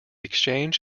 exchange